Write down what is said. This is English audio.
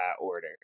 Order